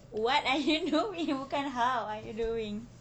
what are you doing bukan how are you doing